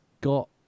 got